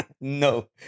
No